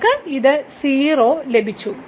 നമ്മൾക്ക് ഇത് 0 ലഭിച്ചു